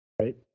Right